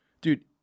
Dude